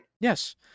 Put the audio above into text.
Yes